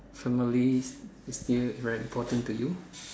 family is still very important to you